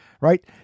right